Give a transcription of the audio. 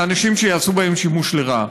לאנשים שיעשו בהם שימוש לרעה.